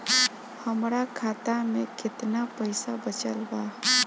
हमरा खाता मे केतना पईसा बचल बा?